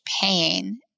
pain